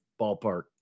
ballpark